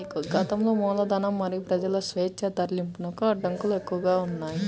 గతంలో మూలధనం మరియు ప్రజల స్వేచ్ఛా తరలింపునకు అడ్డంకులు ఎక్కువగా ఉన్నాయి